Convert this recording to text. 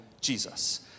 Jesus